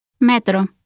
Metro